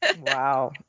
wow